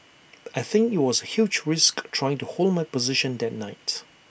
I think IT was A huge risk trying to hold my position that night